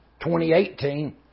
2018